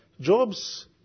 Job's